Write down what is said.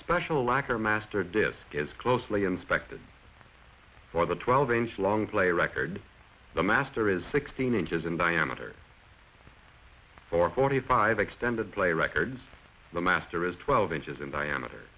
special lacquer master disc is closely inspected for the twelve inch long play record the master is sixteen inches in diameter for forty five extended play records the master is twelve inches in diameter